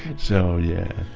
so yeah,